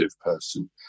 person